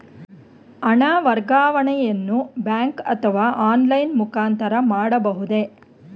ಹಣ ವರ್ಗಾವಣೆಯನ್ನು ಬ್ಯಾಂಕ್ ಅಥವಾ ಆನ್ಲೈನ್ ಮುಖಾಂತರ ಮಾಡಬಹುದೇ?